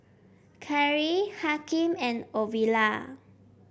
Kyree Hakim and Ovila